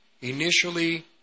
Initially